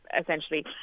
essentially